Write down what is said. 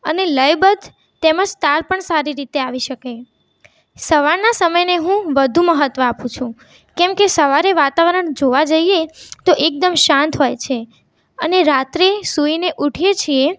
અને લયબદ્ધ તેમજ તાલ પણ સારી રીતે આવી શકે સવારના સમયને હું વધુ મહત્ત્વ આપું છું કેમ કે સવારે વાતાવરણ જોવા જઇએ તો એકદમ શાંત હોય છે અને રાત્રે સૂઈને ઉઠીએ છીએ